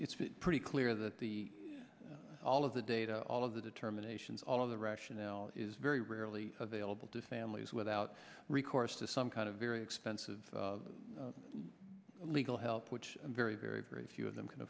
it's pretty clear that the all of the data all of the determinations all of the rationale is very rarely available to families without recourse to some kind of very expensive legal help which very very very few of them can